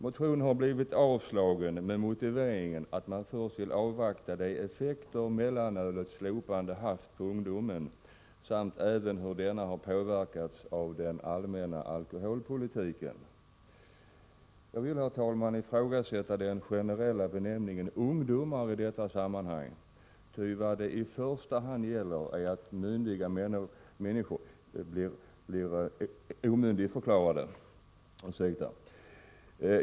Motionen har avstyrkts med motiveringen att man först vill avvakta uppgifter om de effekter mellanölets slopande haft på ungdomen samt även om hur denna har påverkats av den allmänna alkoholpolitiken. Jag vill ifrågasätta den generella benämningen ungdomar i detta sammanhang — vad det i första hand gäller är att myndiga människor omyndigförklaras.